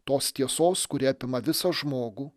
tos tiesos kuri apima visą žmogų